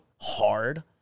hard